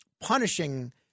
punishing